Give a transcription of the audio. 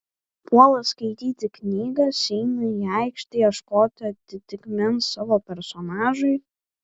puola skaityti knygas eina į aikštę ieškot atitikmens savo personažui